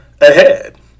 ahead